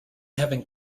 having